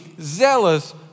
zealous